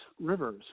Rivers